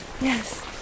Yes